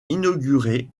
inauguré